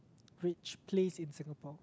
which place in Singapore